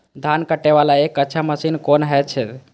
धान कटे वाला एक अच्छा मशीन कोन है ते?